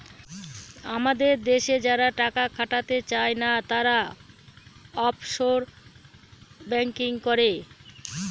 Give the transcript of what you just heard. আমাদের দেশে যারা টাকা খাটাতে চাই না, তারা অফশোর ব্যাঙ্কিং করে